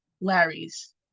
Larry's